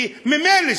כי ממילא,